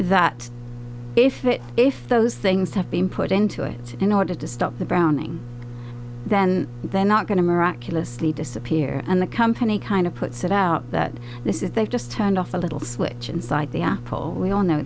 that that if it if those things have been put into it in order to stop the browning then they're not going to miraculously disappear and the company kind of puts it out that this is they've just turned off a little switch inside the apple we all know